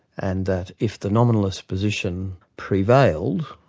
and that if the nominalist position prevailed,